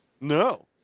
No